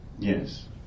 Yes